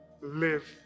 live